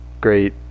great